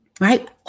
right